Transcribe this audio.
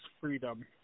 Freedom